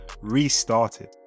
restarted